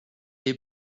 les